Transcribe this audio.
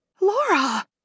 Laura